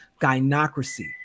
gynocracy